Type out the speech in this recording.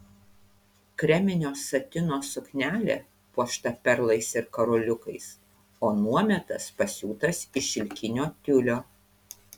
kreminio satino suknelė puošta perlais ir karoliukais o nuometas pasiūtas iš šilkinio tiulio